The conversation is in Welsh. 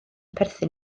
perthyn